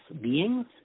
beings